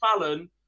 Fallon